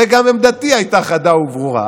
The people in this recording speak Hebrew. וגם עמדתי הייתה חדה וברורה,